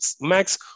Max